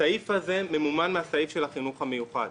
הסעיף הזה ממומן מהסעיף של החינוך המיוחד.